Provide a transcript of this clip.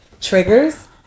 triggers